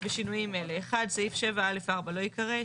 בשינויים אלה: 1. סעיף 7 (א') 4 לא יקרא.